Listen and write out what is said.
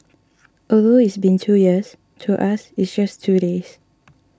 although it's been two years to us it's just two days